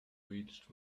reached